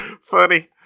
Funny